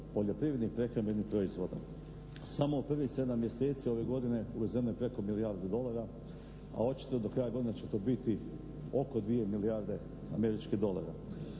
poljoprivrednih prehrambenih proizvoda. Samo u prvih 7 mjeseci ove godine uvezeno je preko milijardu dolara, a očito je da do kraja godine će to biti oko 2 milijarde američkih dolara.